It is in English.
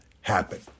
happen